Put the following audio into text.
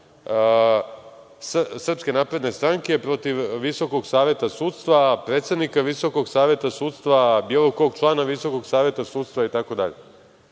radi o ličnom ratu SNS protiv Visokog saveta sudstva, predsednika Visokog saveta sudstva, bilo kog člana Visokog saveta sudstva itd.